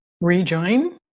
rejoin